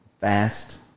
Fast